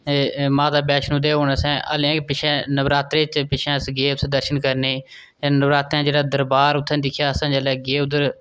ए माता बैश्णो ते हून असें हल्लें गै पिच्छें नवरात्रे च पिच्छें अस गे उत्थै दर्शन करने ई नरातें च जेल्लै दरबार असें दिक्खेआ असें जेल्लै गे उद्धर